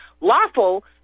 Lawful